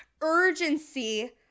urgency